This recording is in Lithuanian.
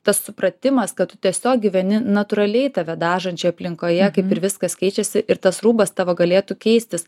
tas supratimas kad tu tiesiog gyveni natūraliai tave dažančioj aplinkoje kaip ir viskas keičiasi ir tas rūbas tavo galėtų keistis